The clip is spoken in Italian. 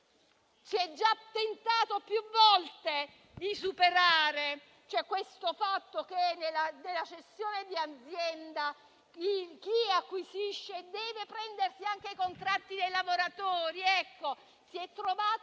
Si è già pensato più volte di superare il fatto che nella cessione di azienda chi acquisisce deve prendersi anche i contratti dei lavoratori. Ma si è trovato